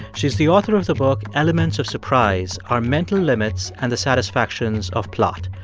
she's the author of the book elements of surprise our mental limits and the satisfactions of plot.